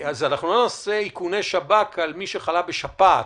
לא נעשה איכוני שב"כ על מי שחלה בשפעת,